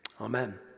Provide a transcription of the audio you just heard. Amen